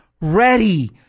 ready